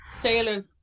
Taylor